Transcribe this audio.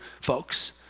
folks